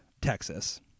Texas